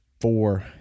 four